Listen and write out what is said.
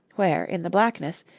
where, in the blackness,